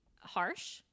harsh